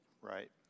Right